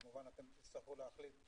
כמובן, תצטרכו להחליט,